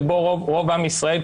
שבו רוב עם ישראל,